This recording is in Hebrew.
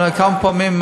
כמה פעמים,